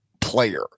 player